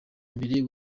mbere